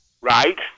Right